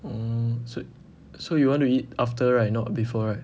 orh so so you want to eat after right not before right